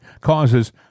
causes